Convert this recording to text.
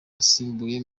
asimbuye